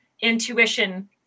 intuition